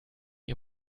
ihr